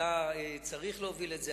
אתה צריך להוביל את זה.